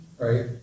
Right